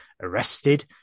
arrested